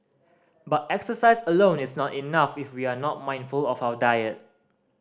but exercise alone is not enough if we are not mindful of our diet